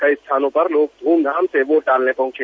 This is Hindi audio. कई स्थानों पर लोग धूम धाम से वोट डालने पहुंचे